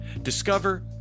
Discover